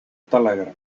telegram